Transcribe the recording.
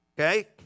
okay